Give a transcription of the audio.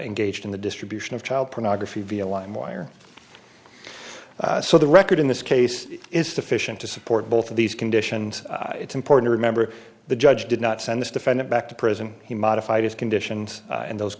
engaged in the distribution of child pornography via lime wire so the record in this case is sufficient to support both of these conditions it's important remember the judge did not send this defendant back to prison he modified his conditions and those